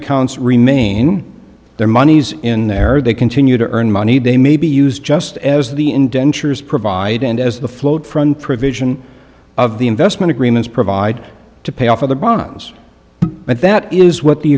accounts remain their monies in there they continue to earn money they may be used just as the indentures provide and as the float from provision of the investment agreements provide to pay off of the bonds and that is what the